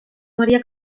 maria